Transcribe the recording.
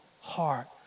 heart